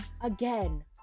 Again